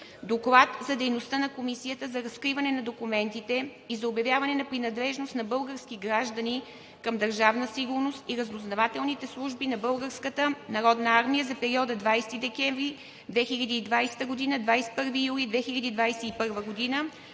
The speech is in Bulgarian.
Доклад за дейността на Комисията за разкриване на документите и за обявяване на принадлежност на български граждани към Държавна сигурност и разузнавателните служби на Българската народна армия за периода 20 декември 2020 г. – 21 юли 2021 г.